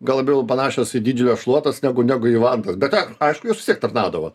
gal labiau panašios į didžiojo šluotas negu negu į vantas bekak aišku jos vis tiek tarnaudavo